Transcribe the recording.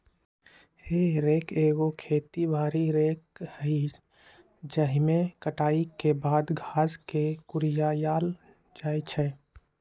हे रेक एगो खेती बारी रेक हइ जाहिमे कटाई के बाद घास के कुरियायल जाइ छइ